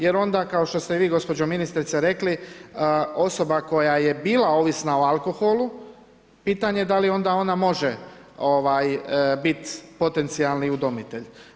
Jer onda kao što ste vi gospođo ministrice rekli, osoba koja je bila ovisna o alkoholu, pitanje je da li onda ona može biti potencijalni udomitelj.